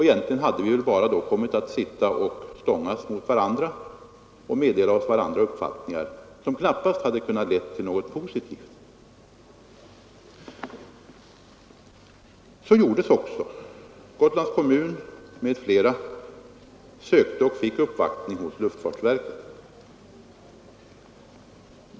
Vi hade bara kommit att sitta och stångas emot varandra och meddela varandra våra uppfattningar, och det hade knappast kunnat leda till någonting positivt. Så blev också gången i ärendet. Gotlands kommun m.fl. sökte och fick göra sin uppvaktning hos luftfartsverket.